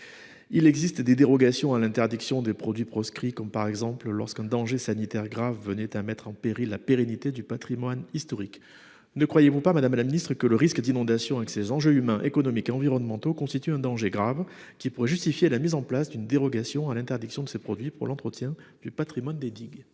Il existe des dérogations à l'interdiction des produits proscrits, par exemple lorsqu'un danger sanitaire grave vient à mettre en péril la pérennité du patrimoine historique. Ne pensez-vous pas, madame la ministre, que le risque d'inondation, avec ses enjeux humains, économiques et environnementaux, constitue un danger grave qui pourrait justifier la mise en place d'une telle dérogation ? La parole est à Mme la ministre déléguée.